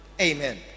amen